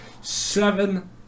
seven